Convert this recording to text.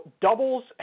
doubles